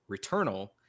Returnal